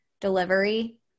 delivery